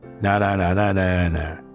na-na-na-na-na-na